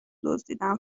دزدیدن